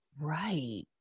Right